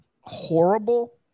horrible